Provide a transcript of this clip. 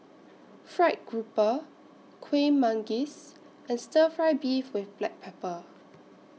Fried Grouper Kueh Manggis and Stir Fry Beef with Black Pepper